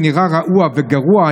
שנראה רעוע וגרוע,